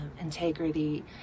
integrity